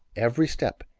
every step,